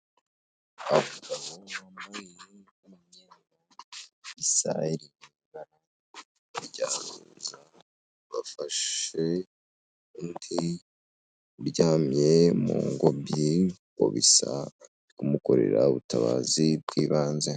hafi aho muri iyi mye israhel ryaza bafashe undi uryamye mu ngobyibisa kumukorera ubutabazi bw'ibanze